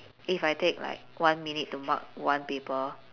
if I take like one minute to mark one paper